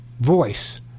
voice